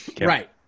Right